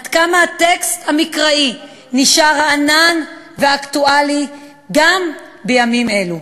עד כמה הטקסט המקראי נשאר רענן ואקטואלי גם בימים אלו.